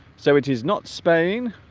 so it is not spain